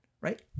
right